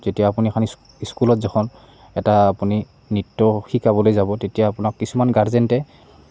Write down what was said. যেতিয়া আপুনি এখন স্কুলত যখন এটা আপুনি নৃত্য শিকাবলৈ যাব তেতিয়া আপোনাক কিছুমান গাৰ্জেণ্টে